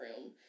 Room